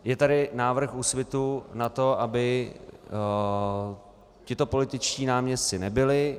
Je tady návrh Úsvitu na to, aby tito političtí náměstci nebyli.